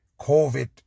COVID